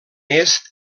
est